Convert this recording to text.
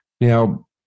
Now